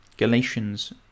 Galatians